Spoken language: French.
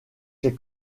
ses